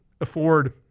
afford